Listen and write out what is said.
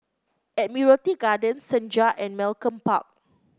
Admiralty Garden Senja and Malcolm Park